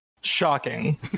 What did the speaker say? Shocking